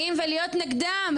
--- לנטר תכנים מגדריים ולהיות נגדם,